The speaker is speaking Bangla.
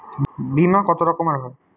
বিমা কত রকমের হয়?